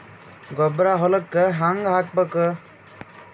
ಗೊಬ್ಬರ ಹೊಲಕ್ಕ ಹಂಗ್ ಹಾಕಬೇಕು?